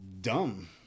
dumb